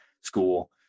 school